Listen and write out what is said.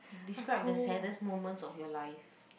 describe the saddest moments of your life